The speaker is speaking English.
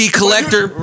collector